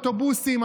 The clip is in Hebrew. אוטובוסים,